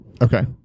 Okay